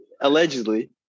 allegedly